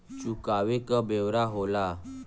चुकावे क ब्योरा होला